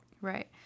Right